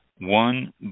one